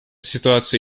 ситуация